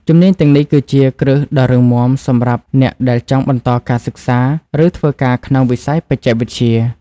ជំនាញទាំងនេះគឺជាគ្រឹះដ៏រឹងមាំសម្រាប់អ្នកដែលចង់បន្តការសិក្សាឬធ្វើការក្នុងវិស័យបច្ចេកវិទ្យា។